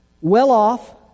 well-off